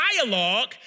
dialogue